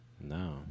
No